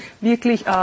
wirklich